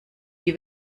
die